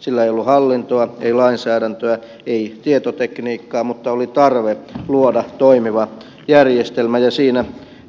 sillä ei ollut hallintoa ei lainsäädäntöä ei tietotekniikkaa mutta oli tarve luoda toimiva järjestelmä ja siinä